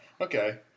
Okay